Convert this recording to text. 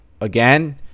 again